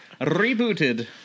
rebooted